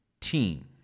team